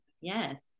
Yes